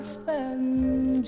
spend